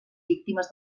víctimes